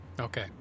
Okay